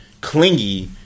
clingy